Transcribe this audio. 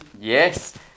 Yes